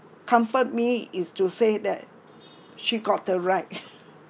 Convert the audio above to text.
comfort me is to say that she got the right